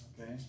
Okay